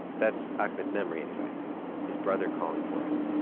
that's ahmed's memory anyway his brother calling for him,